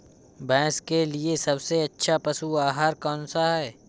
भैंस के लिए सबसे अच्छा पशु आहार कौन सा है?